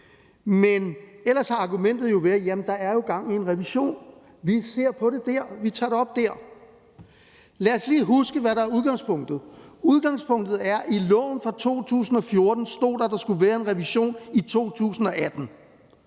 men ellers har argumentet været: Der er jo gang i en revision, vi ser på der, og vi tager det op der. Lad os lige huske, hvad der er udgangspunktet. Udgangspunktet er, at der i loven fra 2014 stod, at der skulle være en revision i 2018.